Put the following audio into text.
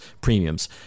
premiums